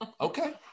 Okay